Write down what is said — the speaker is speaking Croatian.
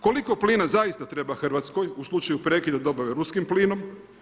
Koliko plina zaista treba Hrvatskoj u slučaju prekida dobave ruskim plinom?